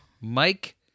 Mike